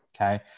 Okay